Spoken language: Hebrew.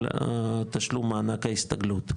על תשלום מענק ההסתגלות.